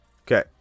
okay